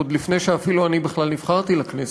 אפילו עוד לפני שאני בכלל נבחרתי לכנסת,